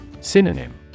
Synonym